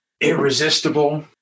irresistible